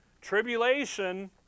tribulation